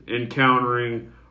encountering